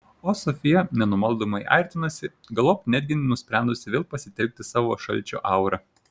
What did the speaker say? o sofija nenumaldomai artinosi galop netgi nusprendusi vėl pasitelkti savo šalčio aurą